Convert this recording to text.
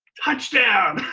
touchdown!